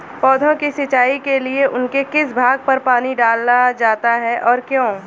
पौधों की सिंचाई के लिए उनके किस भाग पर पानी डाला जाता है और क्यों?